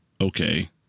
okay